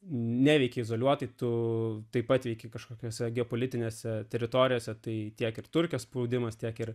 neveikė izoliuotai tu tai pateiki kažkokiose geopolitinėse teritorijose tai tiek ir turke spaudimas tiek ir